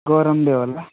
गरमले होला